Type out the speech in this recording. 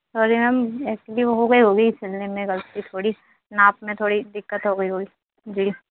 sorry ma'am actually वो हो गई होगी सिलने में गलती थोड़ी नाप में थोड़ी दिक्कत हो गई होगी जी